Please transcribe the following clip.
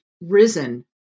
risen